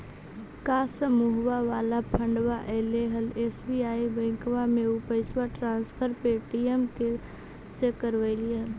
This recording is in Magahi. का समुहवा वाला फंडवा ऐले हल एस.बी.आई बैंकवा मे ऊ पैसवा ट्रांसफर पे.टी.एम से करवैलीऐ हल?